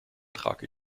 trage